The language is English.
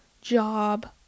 job